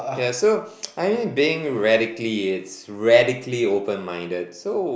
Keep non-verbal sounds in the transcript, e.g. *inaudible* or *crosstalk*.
yes so *noise* I mean been radically it's radically open minded so